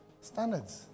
Standards